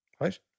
right